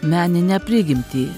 meninę prigimtį